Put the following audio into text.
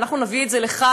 ואנחנו נביא את זה לכאן.